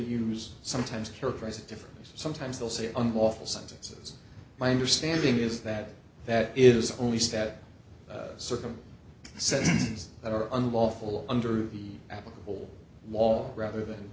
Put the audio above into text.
use sometimes characterize it differently sometimes they'll say unlawful sentences my understanding is that that is only stat circum says that are unlawful under the applicable law rather than